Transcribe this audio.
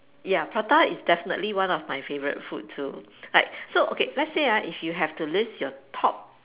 ya prata is definitely one of my favourite food too like so okay let's say ah if you have to list your top